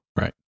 Right